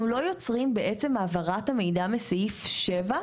אנחנו לא יוצרים חובה מעצם העברת המידע מסעיף (7),